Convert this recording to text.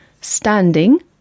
Standing